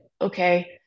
Okay